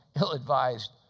ill-advised